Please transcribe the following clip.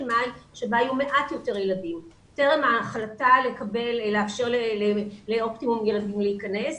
מאי בה היו מעט יותר ילדים טרם ההחלטה לאפשר לאופטימום ילדים להיכנס.